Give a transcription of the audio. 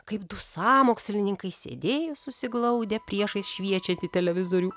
kaip du sąmokslininkai sėdėjo susiglaudę priešais šviečiantį televizorių